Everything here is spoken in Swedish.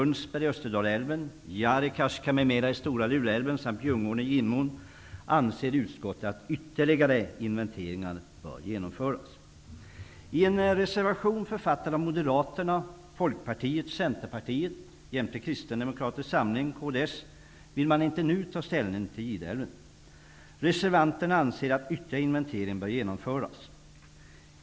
Österdalälven, Jaerukaska m.m. i Stora Luleälven samt Ljungån i Gimån, anser utskottet att ytterligare inventeringar bör genomföras. Folkpartiet, Centerpartiet och Kristdemokratiska samhällspartiet vill man inte nu ta ställning till Gideälven. Reservanterna anser att ytterligare inventering bör genomföras.